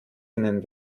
einen